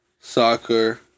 Soccer